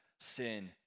sin